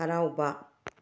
ꯍꯔꯥꯎꯕ